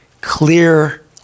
clear